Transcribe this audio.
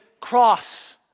cross